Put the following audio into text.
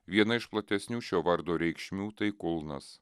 viena iš platesnių šio vardo reikšmių tai kulnas